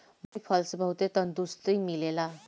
मौसमी फल से बहुते तंदुरुस्ती मिलेला